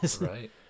Right